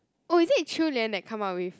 oh is it Qiu-Lian that come up with